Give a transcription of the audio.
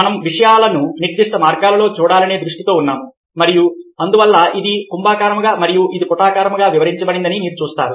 మనం విషయాలను నిర్దిష్ట మార్గాల్లో చూడాలనే దృష్టితో ఉన్నాము మరియు అందువల్ల ఇది కుంభాకారంగా మరియు ఇది పుటాకారంగా వివరించబడిందని మీరు చూస్తారు